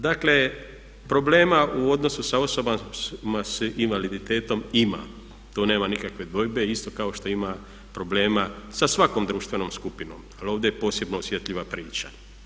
Dakle, problema u odnosu sa osobama s invaliditetom ima, to nema nikakve dvojbe isto kao što ima problema sa svakom društvenom skupinom ali ovdje je posebno osjetljiva priča.